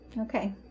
Okay